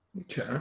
Okay